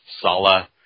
Sala